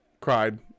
cried